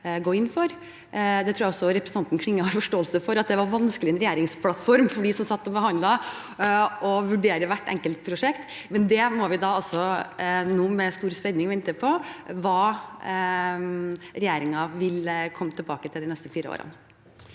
det var vanskelig i en regjeringsplattform, for dem som satt og forhandlet, å vurdere hvert enkeltprosjekt. Men nå må vi med stor spenning vente på hva regjeringen vil komme tilbake til de neste fire årene.